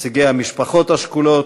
נציגי המשפחות השכולות,